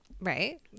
Right